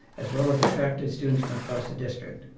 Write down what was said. as well as attracted students from across the district.